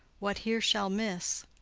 what here shall miss,